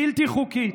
בלתי חוקית,